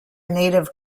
native